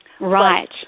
Right